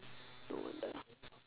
no wonder